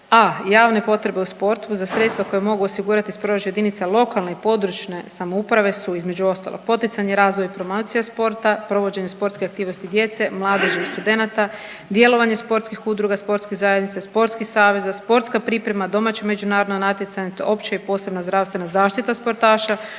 a javne potrebe u sportu za sredstva koja mogu osigurati iz proračuna jedinica lokalne i područne samouprave su između ostalog poticanje i razvoj promocije sporta, provođenje sportske aktivnosti djece, mladeži i studenata, djelovanje sportskih udruga, sportskih zajednica i sportskih saveza, sportska priprema, domaća i međunarodna natjecanja, opća i posebna zdravstvena zaštita sportaša,